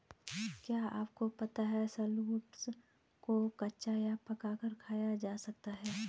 क्या आपको पता है शलोट्स को कच्चा या पकाकर खाया जा सकता है?